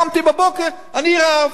קמתי בבוקר, אני רב.